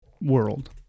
world